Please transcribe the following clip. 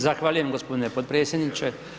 Zahvaljujem gospodine potpredsjedniče.